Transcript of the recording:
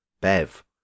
Bev